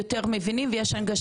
לפעמים המעסיקים עצמם,